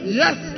yes